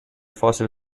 fossil